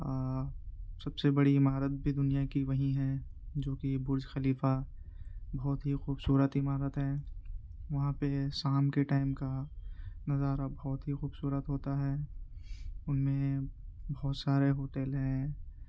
سب سے بڑی عمارت بھی دنیا کی وہیں ہے جوکہ برج خلیفہ بہت ہی خوبصورت عمارت ہے وہاں پہ شام کے ٹائم کا نظارہ بہت ہی خوبصورت ہوتا ہے ان میں بہت سارے ہوٹل ہیں